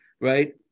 right